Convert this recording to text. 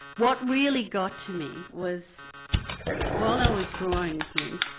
what really got to me was while i was drawing him,